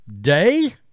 day